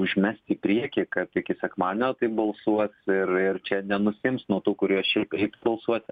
užmest į priekį kad iki sekmadienio taip balsuos ir ir čia nenusiims nuo tų kurie šiaip eitų balsuoti